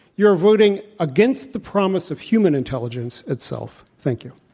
you are voting against the promise of human intelligence itself. thank you.